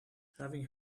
having